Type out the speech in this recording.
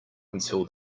until